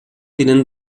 tinent